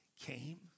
came